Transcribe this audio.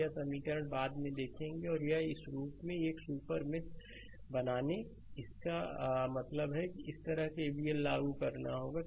तो यह समीकरण बाद में देखेंगे और यह इस रूप में यह एक सुपर मेष बनाने इसका मतलब है इस तरह केवीएल लागू करना होगा